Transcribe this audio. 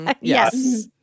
Yes